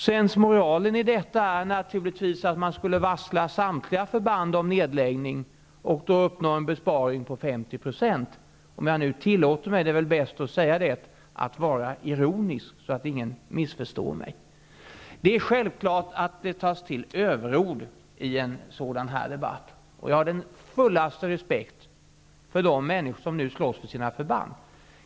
Sensmoralen i detta är att man skulle varsla samtliga förband om nedläggning och då uppnå en besparing på 50 %, om jag nu tillåter mig att vara ironisk -- det är väl bäst att säga det, så att ingen missförstår mig. Det är självklart att det tas till överord i en debatt av detta slag. Jag har den största respekt för de människor som nu slåss för sina förband.